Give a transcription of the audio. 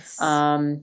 Yes